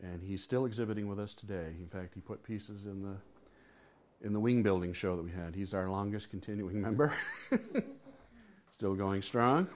and he's still exhibiting with us today back to put pieces in the in the wing building show that we had he's our longest continuing member still going strong